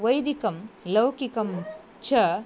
वैदिकं लौकिकं च